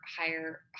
higher